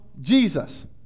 Jesus